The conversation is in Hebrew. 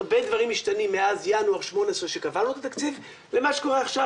הרבה דברים משתנים מאז ינואר 2018 כשקבענו את התקציב למה שקורה עכשיו.